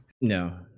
No